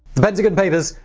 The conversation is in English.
pentagon papers,